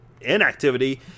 inactivity